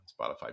Spotify